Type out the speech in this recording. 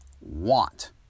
want